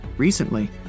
Recently